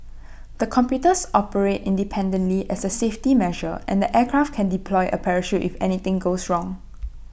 the computers operate independently as A safety measure and the aircraft can deploy A parachute if anything goes wrong